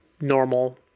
normal